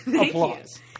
applause